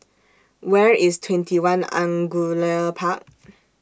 Where IS TwentyOne Angullia Park